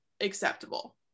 acceptable